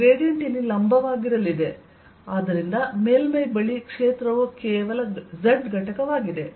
gradient ಇಲ್ಲಿ ಲಂಬವಾಗಿರಲಿದೆ ಮತ್ತು ಆದ್ದರಿಂದ ಮೇಲ್ಮೈ ಬಳಿ ಕ್ಷೇತ್ರವು ಕೇವಲ z ಘಟಕವಾಗಿದೆ